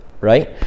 right